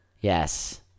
Yes